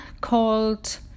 called